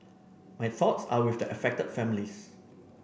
my thoughts are with the affected families